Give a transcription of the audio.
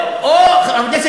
אחמד,